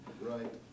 Right